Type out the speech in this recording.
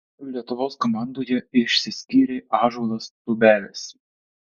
lietuvos komandoje išsiskyrė ąžuolas tubelis